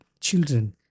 children